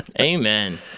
Amen